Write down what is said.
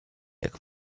jak